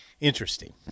Interesting